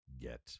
Get